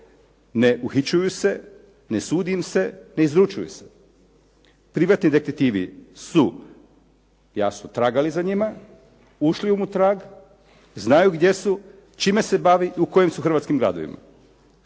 ne uhićuju se, ne sudi im se, ne izručuju se. Privatni detektivi su jasno tragali za njima, ušli im u trag, znaju gdje su, čime se bavi, u kojim su hrvatskim gradovima.